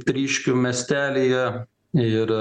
tryškių miestelyje ir